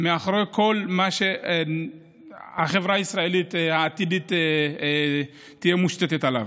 מאחורי כל מה שהחברה הישראלית העתידית תהיה מושתתת עליו.